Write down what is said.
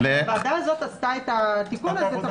הוועדה הזאת עשתה את התיקון הזה.